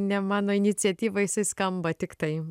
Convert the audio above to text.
ne mano iniciatyva jisai skamba tiktai